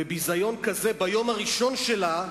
בביזיון כזה, ביום הראשון שלה,